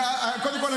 קודם כול,